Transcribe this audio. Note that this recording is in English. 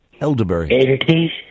Elderberry